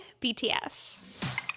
BTS